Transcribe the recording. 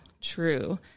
true